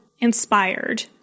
inspired